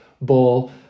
ball